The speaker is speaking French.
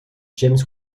james